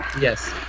Yes